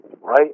Right